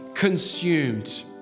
Consumed